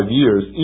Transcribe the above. years